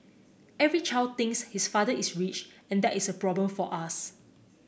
every child thinks his father is rich and that is a problem for us